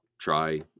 try